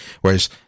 whereas